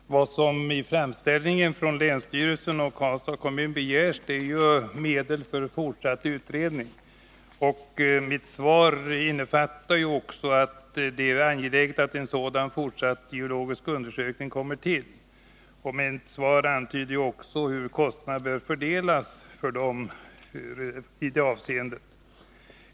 Herr talman! Vad som begärs i framställningen från länsstyrelsen och Karlstads kommun är medel för fortsatt utredning, och av mitt svar framgår att jag anser det vara angeläget att det blir en fortsatt geologisk undersökning. I mitt svar anger jag också hur kostnaderna bör fördelas.